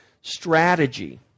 strategy